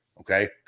Okay